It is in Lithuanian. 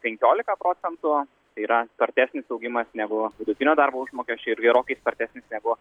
penkiolika procentų tai yra spartesnis augimas negu vidutinio darbo užmokesčio ir gerokai spartesnis negu